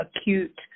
acute